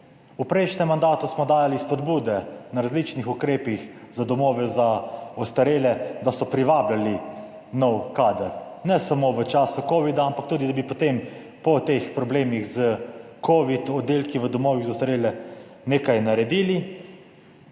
V prejšnjem mandatu smo dajali spodbude na različnih ukrepih za domove za ostarele, da so privabljali nov kader, ne samo v času covida, ampak tudi da bi potem po teh problemih s covid oddelki v domovih za ostarele nekaj naredili